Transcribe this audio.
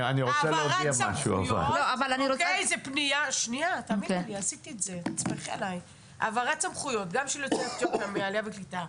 העברת סמכויות, גם של יוצאי אתיופיה מעליה וקליטה,